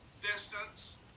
distance